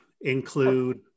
include